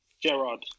Gerard